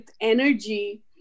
energy